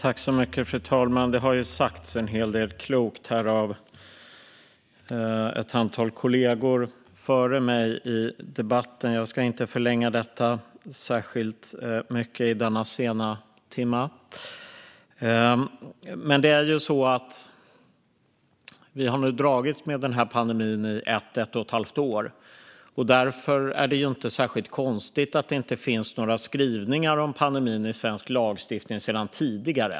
Fru talman! Det har sagts en hel del klokt av ett antal kollegor här. Jag ska inte förlänga detta särskilt mycket i denna sena timma. Vi har dragits med pandemin i ett och ett halvt år. Därför är det inte konstigt att det inte sedan tidigare finns skrivningar om pandemin i svensk lagstiftning.